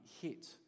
hit